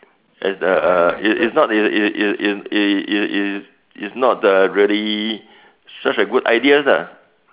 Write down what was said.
as a uh it's not is is is is is not uh really such a good ideas lah